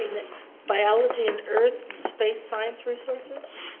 next, biology and earth space science resources.